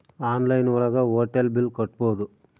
online ಒಳಗ hotel bill ಕಟ್ಬೋದು